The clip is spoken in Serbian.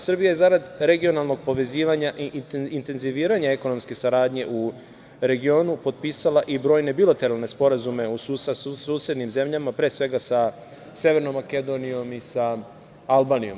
Srbija je zarad regionalnog povezivanja i intenziviranja ekonomske saradnje u regionu potpisala i brojne bilateralne sporazume sa susednim zemljama, pre svega sa Severnom Makedonijom i sa Albanijom.